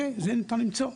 את זה ניתן למצוא,